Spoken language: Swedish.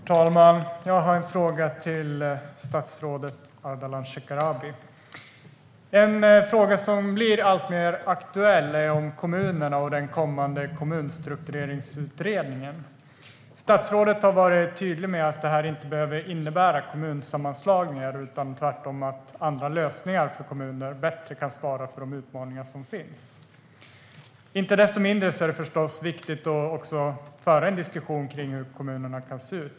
Herr talman! Jag har en fråga till statsrådet Ardalan Shekarabi. En fråga som blir alltmer aktuell är den om kommunerna och den kommande kommunstrukturutredningen. Statsrådet har varit tydlig med att detta inte behöver innebära kommunsammanslagningar utan att andra lösningar för kommuner bättre kan svara mot de utmaningar som finns. Inte desto mindre är det förstås viktigt att också föra en diskussion om hur kommunerna kan se ut.